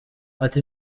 ati